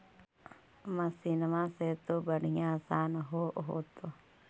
मसिनमा से तो बढ़िया आसन हो होतो?